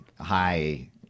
high